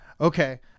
Okay